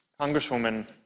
Congresswoman